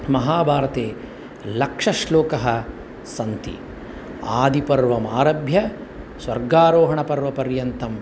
महाभारते लक्षश्लोकाः सन्ति आदिपर्वमारभ्य स्वर्गारोहणपर्वपर्यन्तम्